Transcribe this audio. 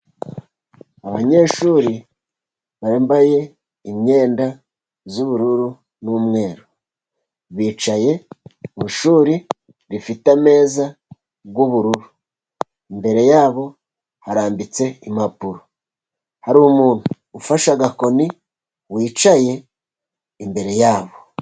Abanyeshuri bambaye imyenda y'ubururu n'umweru. Bicaye mu ishuri rifite ameza y'bururu. Imbere ya bo harambitse impapuro z'ubururu. Hari umuntu ufashe agakoni, wicaye imbere ya bo.